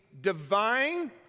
divine